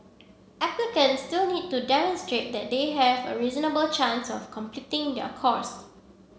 applicants still need to demonstrate that they have a reasonable chance of completing their course